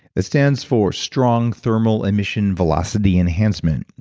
it stands for strong thermal emission velocity enhancement,